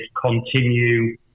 continue